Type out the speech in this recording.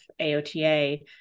AOTA